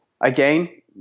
again